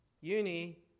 uni